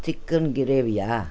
chicken கிரேவியா